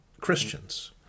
Christians